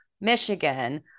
Michigan